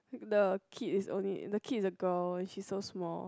the kid is only the kid is a girl she's so small